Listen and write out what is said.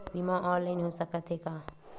बीमा ऑनलाइन हो सकत हे का?